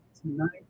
tonight